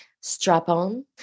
strap-on